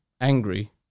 angry